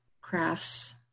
crafts